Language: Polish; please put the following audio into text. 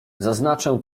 zaznaczę